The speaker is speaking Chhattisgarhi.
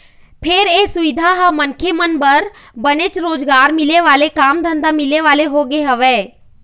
फेर ये सुबिधा ह मनखे मन बर बनेच रोजगार मिले वाले काम धंधा मिले वाले होगे हवय